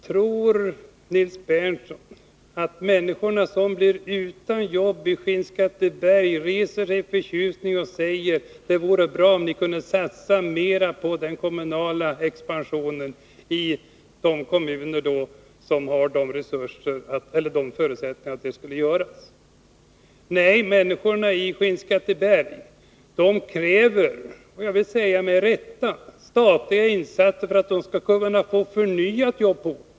Tror Nils Berndtson att människorna som blir utan jobb i Skinnskatteberg reser sig i förtjusning och säger: Det vore bra om ni kunde satsa mera på den kommunala expansionen i de kommuner som har förutsättningar för det? Nej, människorna i Skinnskatteberg kräver — med rätta — statliga insatser för att de skall kunna få förnyat jobb på orten.